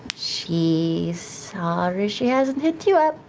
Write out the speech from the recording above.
she's sorry she hasn't hit you up,